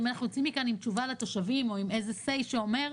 אם אנחנו יוצאים מכאן עם תשובה לתושבים או עם איזה סיי שאומר,